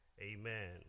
Amen